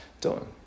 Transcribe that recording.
done